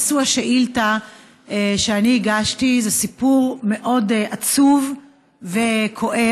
נשוא השאילתה שאני הגשתי זה סיפור מאוד עצוב וכואב,